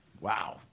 Wow